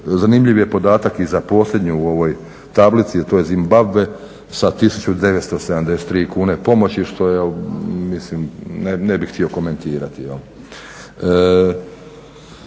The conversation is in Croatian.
Zanimljiv je podatak i za posljednju u ovoj tablici, to je Zimbabve sa 1973 kune pomoći što je mislim, ne bih htio komentirati.